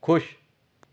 ਖੁਸ਼